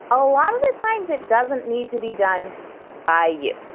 a lot of the times it doesn't need to be done by you.